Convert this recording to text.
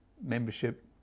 membership